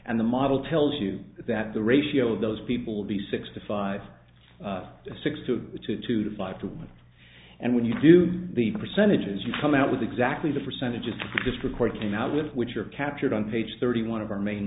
and the model tells you that the ratio of those people will be six to five to six to two to five to one and when you do the percentages you come out with exactly the percentages this record came out with which were captured on page thirty one of our main